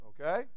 Okay